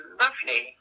lovely